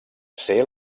ser